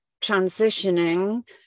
transitioning